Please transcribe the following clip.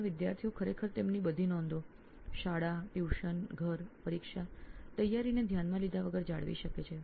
જ્યાં વિદ્યાર્થીઓ ખરેખર તેમની બધી નોંધો શાળા ટ્યુશન ઘર પરીક્ષા તૈયારી ગમે તે હોય ત્યાં જાળવી શકે છે